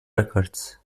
records